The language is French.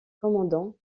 commandant